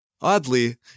Oddly